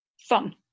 fun